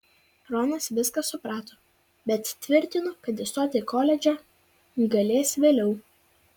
ronas viską suprato bet tvirtino kad įstoti į koledžą galės vėliau